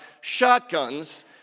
shotguns